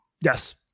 Yes